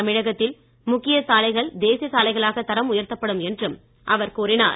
தமிழகத்தில் முக்கிய சாலைகள் தேசிய சாலைகளாக தரம் உயர்த்தப்படும் என்றும் அவர் கூறினார்